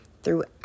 Throughout